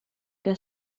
que